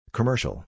Commercial